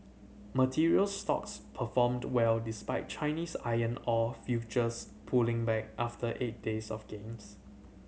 materials stocks performed well despite Chinese iron ore futures pulling back after eight days of gains